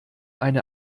eine